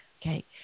Okay